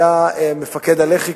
מפקד הלח"י,